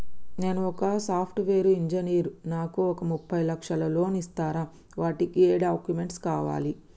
నేను ఒక software engineer నాకు ఒక ముప్పై లక్షల లోన్ ఇస్తరా? వాటికి ఏం డాక్యుమెంట్స్ కావాలి?